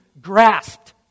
grasped